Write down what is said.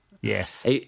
Yes